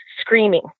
screaming